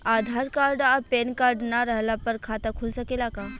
आधार card आ PAN card ना रहला पर खाता खुल सकेला का?